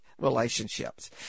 relationships